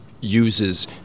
uses